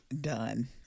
done